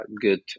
good